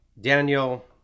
Daniel